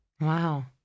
Wow